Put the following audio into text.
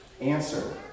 Answer